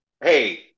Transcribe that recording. hey